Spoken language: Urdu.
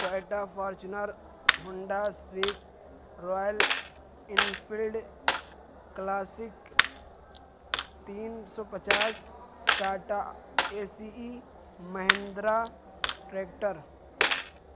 Toyota Fortuner Honda Civic Royal Enfield Classic تین سو پچاس Tata A C E Mahindra tractor